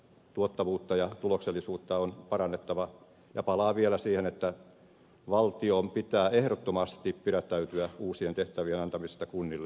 tuottavuutta ja tuloksellisuutta on parannettava ja palaan vielä siihen että valtion pitää ehdottomasti pidättäytyä uusien tehtävien antamisesta kunnille